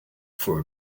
for